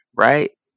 right